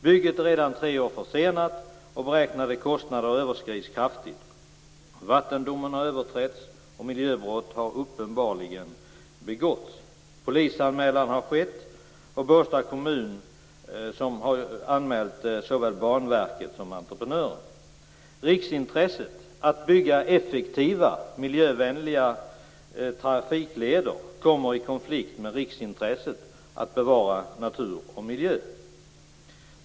Bygget är redan tre år försenat, och beräknade kostnader överskrids kraftigt. Vattendomarna har överträtts, och miljöbrott har uppenbarligen begåtts. Polisanmälan har skett - Båstad kommun har anmält såväl Banverket som entreprenören. Riksintresset att bygga effektiva och miljövänliga trafikleder kommer i konflikt med riksintresset att bevara natur och miljö.